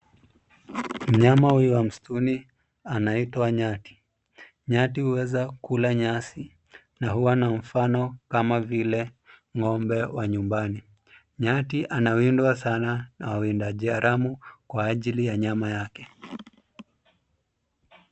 Mnyama huyu wa msituni anaitwa nyati. Nyati uweza kula nyasi na huwa na mfano kama vile ng'ombe wa nyumbani. Nyati anawindwa sana na wawindaji haramu kwa ajili ya nyama yake.